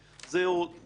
זה חוק